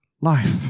life